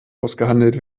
ausgehandelt